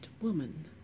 woman